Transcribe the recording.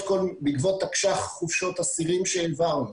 בעקבות תקש"ח חופשות אסירים שהעברנו,